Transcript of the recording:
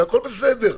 והכול בסדר.